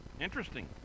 Interesting